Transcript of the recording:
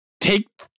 Take